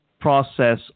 process